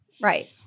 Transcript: Right